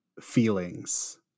feelings